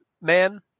man